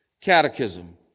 catechism